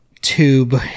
tube